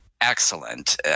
excellent